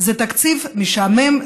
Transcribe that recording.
זה תקציב משעמם.